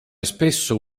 spesso